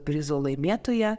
prizo laimėtoją